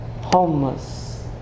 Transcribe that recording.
Homeless